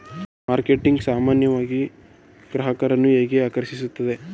Marketing ಸಾಮಾನ್ಯವಾಗಿ ಗ್ರಾಹಕರನ್ನು ಹೇಗೆ ಆಕರ್ಷಿಸುತ್ತದೆ?